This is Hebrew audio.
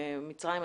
מצרים,